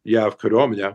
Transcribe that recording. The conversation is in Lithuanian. jav kariuomenę